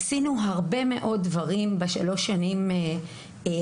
עשינו הרבה מאוד דברים בשלוש השנים האחרונות,